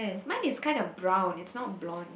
mine is kinda brown is not blonde